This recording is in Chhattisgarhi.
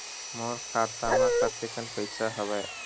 मोर खाता म कतेकन पईसा हवय?